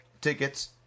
tickets